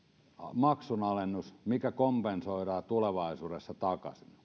maksunalennus mikä kompensoidaan tulevaisuudessa takaisin tämä